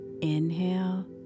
inhale